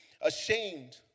ashamed